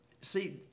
See